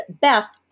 best